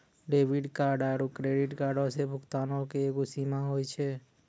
debit card आरू credit कार्डो से भुगतानो के एगो सीमा होय छै